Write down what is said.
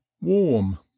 warm